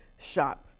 shop